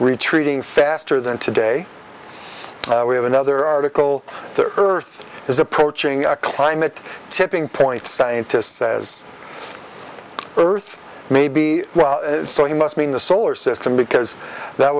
retreating faster than today we have another article the earth is approaching climate tipping point scientist says earth may be so he must mean the solar system because that